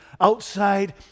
Outside